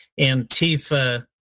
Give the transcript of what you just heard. Antifa